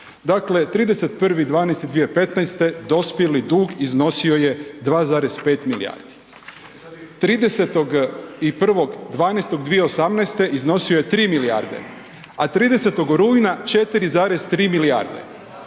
Dakle 31.12.2015. dospjeli dug iznosio je 2,5 milijardi. 31.12.2018. iznosio je 3 milijarde a 30. rujna 4,3 milijarde.